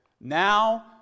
Now